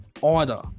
order